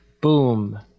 boom